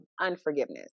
unforgiveness